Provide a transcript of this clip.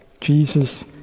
Jesus